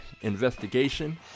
investigation